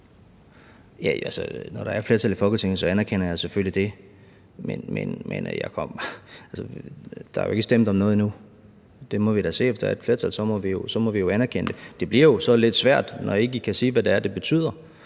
når der er et flertal i Folketinget, anerkender jeg selvfølgelig det, men der er jo ikke stemt om noget endnu. Men det må vi da se på; hvis der er et flertal, må vi jo anerkende det. Det bliver jo så lidt svært, når ikke I kan sige, hvad det er,